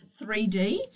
3D